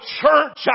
church